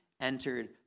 entered